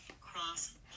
cross